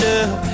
up